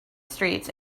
streets